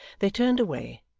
they turned away,